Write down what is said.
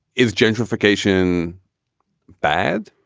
is gentrification bad?